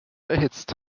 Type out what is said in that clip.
erhitzt